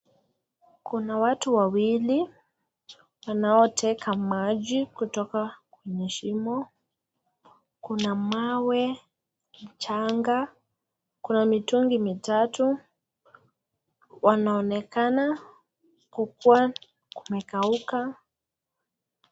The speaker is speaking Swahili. Kuna watu wawili wanaoteka maji kutoka kwenye shimo. Kuna mawe, mchanga kuna mitungi mitatu wanaonekana kukua kumekauka